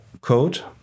code